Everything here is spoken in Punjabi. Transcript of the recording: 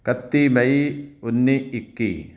ਇਕੱਤੀ ਮਈ ਉੱਨੀ ਇੱਕੀ